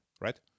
Right